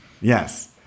Yes